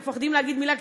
מפחדים להגיד מילה,